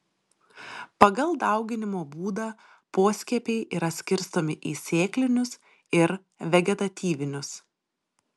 pagal dauginimo būdą poskiepiai yra skirstomi į sėklinius ir vegetatyvinius